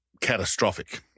catastrophic